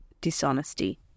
dishonesty